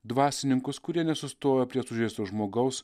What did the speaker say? dvasininkus kurie nesustojo prie sužeisto žmogaus